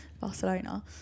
Barcelona